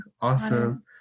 awesome